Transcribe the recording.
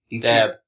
Dab